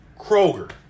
Kroger